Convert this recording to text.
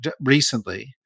recently